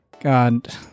god